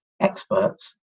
experts